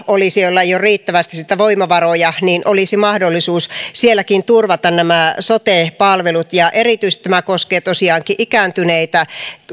joilla ei ole riittävästi voimavaroja olisi mahdollisuus sielläkin turvata sote palvelut erityisesti tämä koskee tosiaankin ikääntyneitä